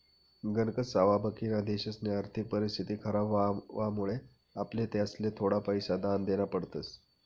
गणकच सावा बाकिना देशसनी आर्थिक परिस्थिती खराब व्हवामुळे आपले त्यासले थोडा पैसा दान देना पडतस